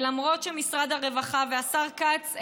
ולמרות שמשרד הרווחה והשר כץ,